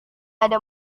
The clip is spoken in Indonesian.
ada